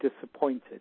disappointed